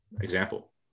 example